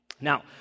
Now